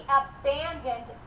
abandoned